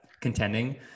contending